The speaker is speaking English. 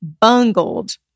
bungled